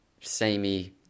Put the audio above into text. samey